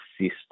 assist